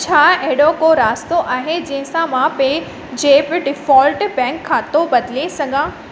छा अहिड़ो को रस्तो आहे जंहिंसां मां पे ज़ेप्प डिफोल्ट बैंक खातो बदले सघां